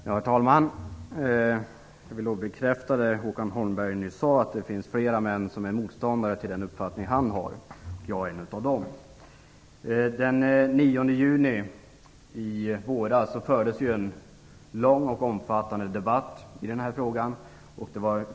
Herr talman! Jag vill bekräfta det som Håkan Holmberg nyss sade. Det finns flera män som är motståndare till den uppfattning han har, och jag är en av dem. Den 9 juni i våras fördes en lång och omfattande debatt i den här frågan.